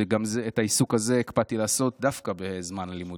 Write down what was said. גם את העיסוק הזה הקפדתי לעשות דווקא בזמן הלימודים.